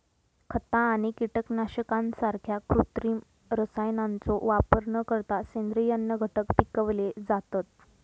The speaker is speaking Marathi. खता आणि कीटकनाशकांसारख्या कृत्रिम रसायनांचो वापर न करता सेंद्रिय अन्नघटक पिकवले जातत